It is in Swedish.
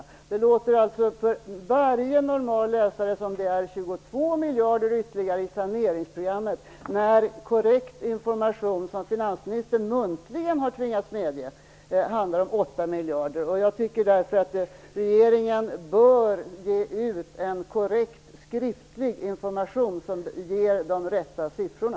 Varje normal läsare uppfattar det så att det är 22 miljarder ytterligare i saneringsprogrammet, när korrekt information - som finansministern muntligen har tvingats medge - är att det handlar om 8 miljarder. Jag tycker därför att regeringen bör ge ut en korrekt skriftlig information, som ger de rätta siffrorna.